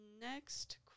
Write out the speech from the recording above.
next